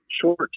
short